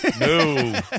No